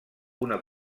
una